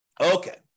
Okay